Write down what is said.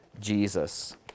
Jesus